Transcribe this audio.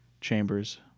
chambers